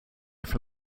from